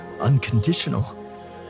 unconditional